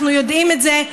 אנחנו יודעים את זה.